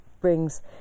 brings